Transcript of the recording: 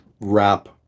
wrap